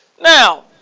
Now